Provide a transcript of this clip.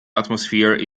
atmosphere